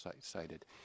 cited